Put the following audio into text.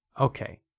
Okay